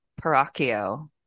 paracchio